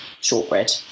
shortbread